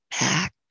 back